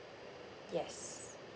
yes